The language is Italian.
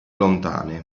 lontane